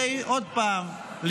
עוד פעם,